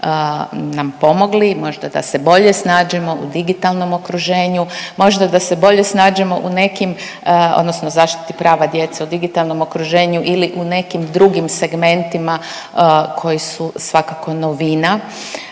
nam pomogli možda da se bolje snađemo u digitalnom okruženju, možda da se bolje snađemo u nekim odnosno zaštiti prava djece u digitalnom okruženju ili u nekim drugim segmentima koji su svakako novina.